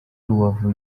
rubavu